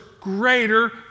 greater